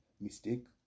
mistake